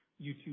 YouTube